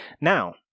Now